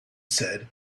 said